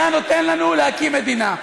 היה נותן לנו להקים מדינה,